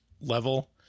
level